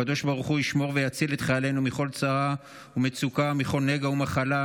הקדוש ברוך הוא ישמור ויציל את חיילינו מכל צרה וצוקה ומכל נגע ומחלה,